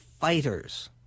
fighters